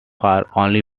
only